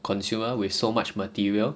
consumers with so much material